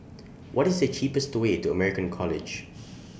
What IS The cheapest Way to American College